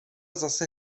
zase